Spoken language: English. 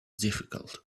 difficult